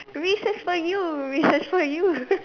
Reeses for you Reeses for you